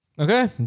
Okay